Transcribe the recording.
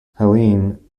helene